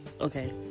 Okay